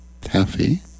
taffy